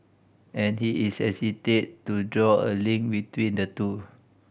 and he is hesitant to draw a link between the two